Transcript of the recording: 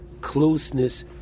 closeness